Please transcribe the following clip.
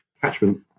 catchment